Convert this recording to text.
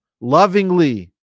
lovingly